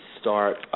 start